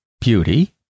beauty